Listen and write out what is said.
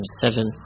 seven